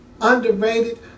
underrated